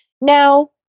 Now